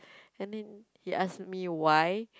and then he ask me why